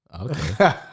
Okay